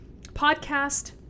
podcast